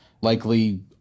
likely